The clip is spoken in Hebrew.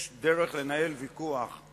יש דרך לנהל ויכוח.